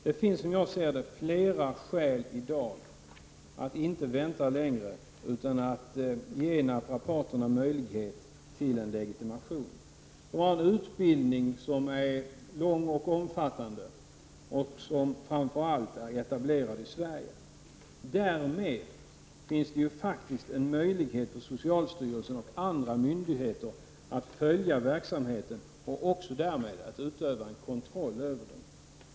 Det finns, som jag ser det, flera skäl i dag till att inte vänta längre utan ge naprapaterna möjlighet till en legitimation. De har en lång och omfattande utbildning som framför allt är etablerad i Sverige. Därmed finns faktiskt en möjlighet för socialstyrelsen och andra myndigheter att följa verksamheten och utöva kontroll över den.